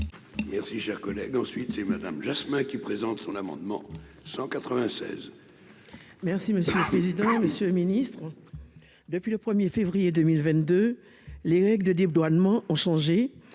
Merci, cher collègue, ensuite c'est madame Jasmin qui présente son amendement 196. Merci monsieur Monsieur le Ministre, depuis le 1er février 2022, les règles de dédouanement ont changé